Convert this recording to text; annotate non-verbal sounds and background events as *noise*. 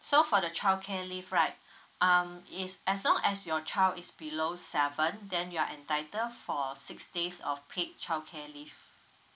so for the childcare leave right *breath* um is as long as your child is below then seven you are entitled for six days of paid childcare leave